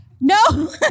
No